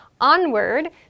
onward